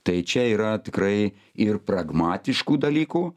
tai čia yra tikrai ir pragmatiškų dalykų